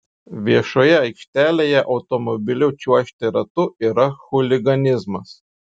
viešoje aikštelėje automobiliu čiuožti ratu yra chuliganizmas